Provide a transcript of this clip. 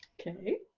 okay,